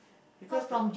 because the